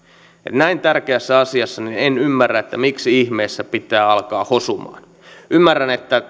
näin tärkeässä asiassa en ymmärrä miksi ihmeessä pitää alkaa hosumaan ymmärrän että